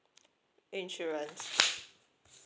insurance